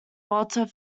walter